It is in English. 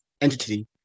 entity